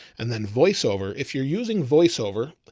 and then voiceover, if you're using voiceover,